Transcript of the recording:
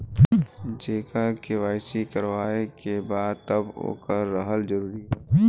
जेकर के.वाइ.सी करवाएं के बा तब ओकर रहल जरूरी हे?